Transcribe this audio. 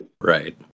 Right